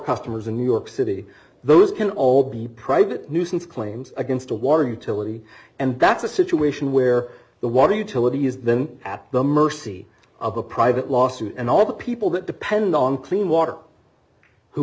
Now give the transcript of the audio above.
customers in new york city those can all be private nuisance claims against a water utility and that's a situation where the water utility is then at the mercy of the private lawsuit and all the people that depend on clean water who